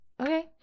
Okay